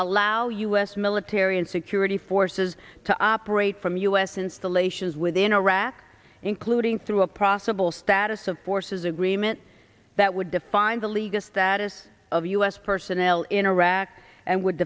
allow u s military and security forces to operate from u s installations within iraq including through a profitable status of forces agreement that would define the legal status of u s personnel in iraq and would